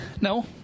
No